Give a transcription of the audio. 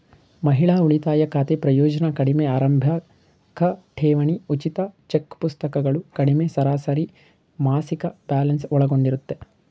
ಮಹಿಳಾ ಉಳಿತಾಯ ಖಾತೆ ಪ್ರಯೋಜ್ನ ಕಡಿಮೆ ಆರಂಭಿಕಠೇವಣಿ ಉಚಿತ ಚೆಕ್ಪುಸ್ತಕಗಳು ಕಡಿಮೆ ಸರಾಸರಿಮಾಸಿಕ ಬ್ಯಾಲೆನ್ಸ್ ಒಳಗೊಂಡಿರುತ್ತೆ